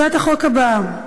הצעת החוק הבאה: